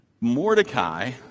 Mordecai